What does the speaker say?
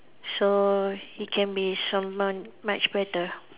so he can be someone much better